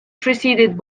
preceded